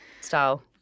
style